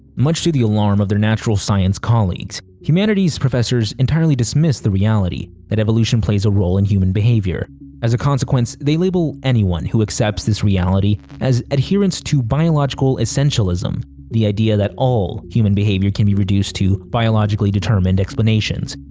much to the alarm of their natural science colleagues, humanities professors entirely dismiss the reality that evolution plays a role in human behavior. as a consequence, they label anyone who accepts this reality as adherents to biological essentialism the idea that all human behavior can be reduced to biologically determined explanations.